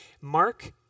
Mark